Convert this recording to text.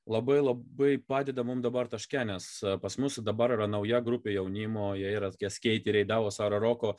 labai labai padeda mum dabar taške nes pas mus dabar yra nauja grupė jaunimo jiey ra tokie skeiteriai davoso ar roko